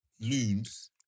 loons